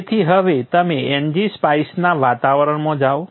તેથી હવે તમે ngSpice ના વાતાવરણમાં જાઓ